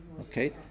Okay